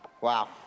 Wow